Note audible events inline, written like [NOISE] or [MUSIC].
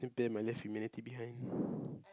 hand pain I left humanity behind [BREATH]